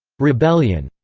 rebellion,